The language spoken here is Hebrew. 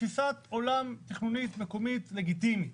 כתפיסת עולם תכנונית, מקומית, לגיטימית.